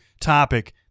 topic